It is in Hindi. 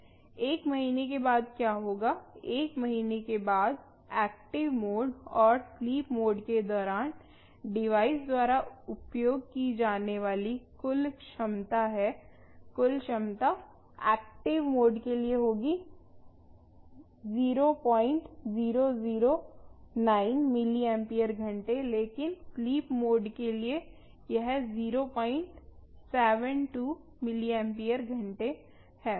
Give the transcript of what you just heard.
एक महीने के बाद क्या होगा एक महीने के बाद एक्टिव मोड और स्लीप मोड के दौरान डिवाइस द्वारा उपयोग की जाने वाली कुल क्षमता है कुल क्षमता एक्टिव मोड के लिए होगी 0009 मिलिम्पियर घंटे लेकिन स्लीप मोड के लिए यह 072 मिलिम्पियर घंटे है